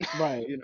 right